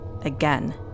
again